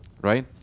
right